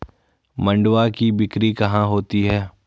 मंडुआ की बिक्री कहाँ होती है?